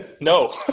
no